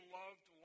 loved